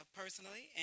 personally